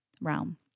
realm